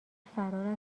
فرار